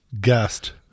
guest